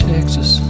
Texas